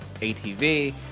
ATV